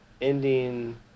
ending